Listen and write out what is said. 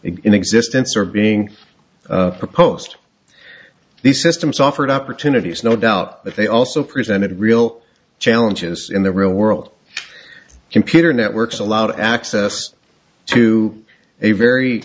in existence are being proposed these systems offered opportunities no doubt but they also presented real challenges in the real world computer networks allowed access to a very